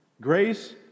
Grace